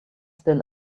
still